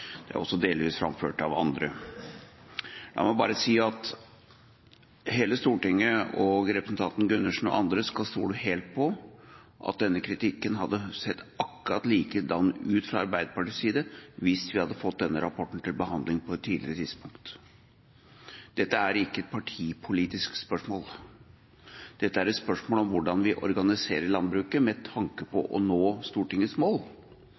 Dette er også delvis framført av andre. La meg bare si at hele Stortinget, både representanten Gundersen og andre, skal stole helt på at denne kritikken hadde sett akkurat likedan ut fra Arbeiderpartiets side hvis vi hadde fått denne rapporten til behandling på et tidligere tidspunkt. Dette er ikke et partipolitisk spørsmål. Dette er et spørsmål om hvordan vi organiserer landbruket med tanke på å nå Stortingets mål.